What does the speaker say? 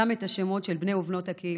גם את השמות של בני ובנות הקהילה.